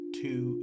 two